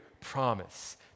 promise